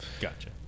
Gotcha